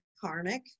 karmic